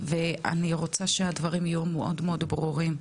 ואני רוצה שהדברים יהיו מאוד מאוד ברורים.